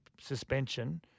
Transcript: suspension